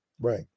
Right